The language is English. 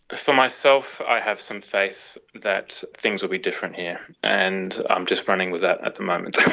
for myself, i have some faith that things will be different here, and i'm just running with that at the moment.